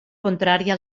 contrària